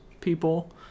people